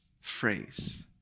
phrase